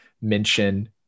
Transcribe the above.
mention